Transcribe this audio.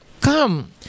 come